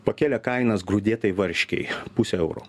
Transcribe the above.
pakėlė kainas grūdėtai varškei pusę euro